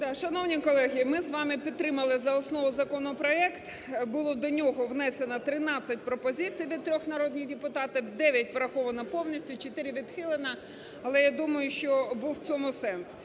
Шановні колеги, ми з вами підтримали за основу законопроект. Було до нього внесено 13 пропозицій від 3 народних депутатів, 9 враховано повністю, 4 відхилено. Але ,я думаю, що був в цього сенс.